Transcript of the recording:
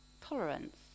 tolerance